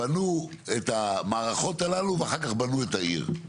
בנו את המערכות הללו ואחר כך בנו את העיר.